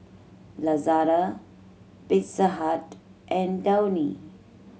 Lazada Pizza Hut and Downy